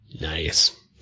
Nice